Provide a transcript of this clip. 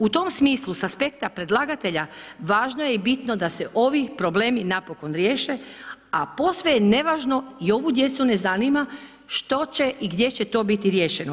U tom smislu sa aspekta predlagatelja važno je i bitno da se ovim problemi napokon riješe a posve je nevažno i ovu djecu ne zanima što će i gdje to biti riješeno.